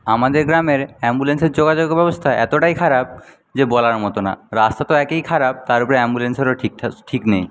আমাদের গ্রামের অ্যাম্বুলেন্সের যোগাযোগ ব্যবস্থা এতোটাই খারাপ যে বলার মতো না রাস্তা তো একেই খারাপ তার ওপর অ্যাম্বুলেন্সেরও ঠিকঠাক ঠিক নেই